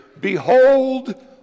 behold